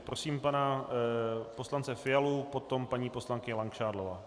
Prosím pana poslance Fialu, potom paní poslankyně Langšádlová.